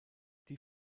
die